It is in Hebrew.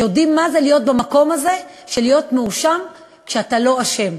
שיודעים מה זה להיות במקום הזה של להיות מואשם כשאתה לא אשם.